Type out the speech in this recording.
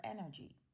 energy